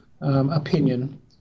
opinion